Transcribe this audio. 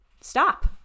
Stop